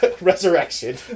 Resurrection